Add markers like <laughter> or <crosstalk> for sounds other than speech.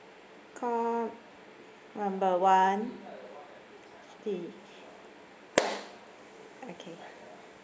call number one <noise> okay